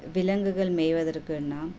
விலங்குகள் மேய்வதற்கான